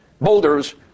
boulders